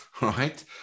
Right